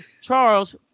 Charles